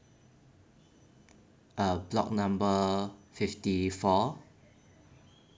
uh block number fifty four